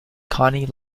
connie